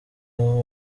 aho